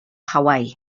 hawaii